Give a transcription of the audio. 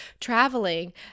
traveling